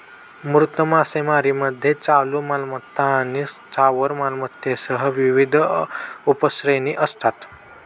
मूर्त मालमत्तेमध्ये चालू मालमत्ता आणि स्थावर मालमत्तेसह विविध उपश्रेणी असतात